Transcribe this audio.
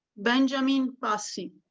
benjamin bassi.